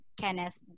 Kenneth